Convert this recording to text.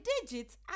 digits